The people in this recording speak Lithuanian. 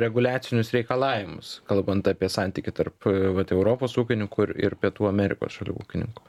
reguliacinius reikalavimus kalbant apie santykį tarp vat europos ūkininkų ir ir pietų amerikos šalių ūkininkų